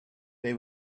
they